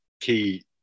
key